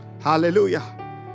Hallelujah